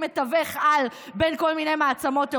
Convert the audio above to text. מתווך-על בין כל מיני מעצמות אירופיות,